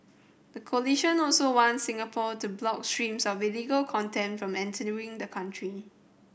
the coalition also wants Singapore to block streams of illegal content from entering the country